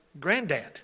granddad